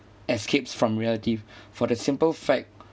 escapes from reality for the simple fact